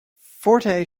forte